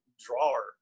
drawer